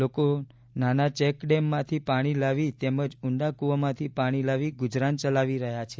લોકો નાના ચેક ડેમમાંથી પાણી લાવી તેમજ ઊંડા કૂવામાંથી પાણી લાવી ગુજરાન ચલાવી રહ્યાં છે